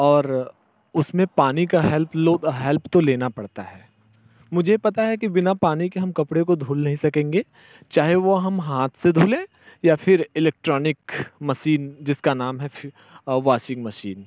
और उसमें पानी का हेल्प लो हेल्प तो लेना पड़ता है मुझे पता है कि बिना पानी के हम कपड़े को धुल नहीं सकेंगे चाहे वो हम हाथ से धुलें या फिर इलेक्ट्रॉनिक मसीन जिसका नाम है वॉसिंग मशीन